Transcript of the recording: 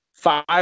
Five